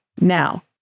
Now